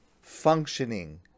functioning